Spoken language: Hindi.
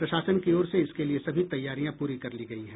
प्रशासन की ओर से इसके लिए सभी तैयारियां पूरी कर ली गयी हैं